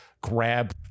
grab